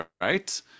right